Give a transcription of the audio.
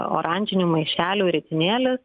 oranžinių maišelių ritinėlis